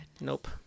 Nope